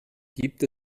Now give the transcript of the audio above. gibt